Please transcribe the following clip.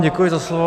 Děkuji za slovo.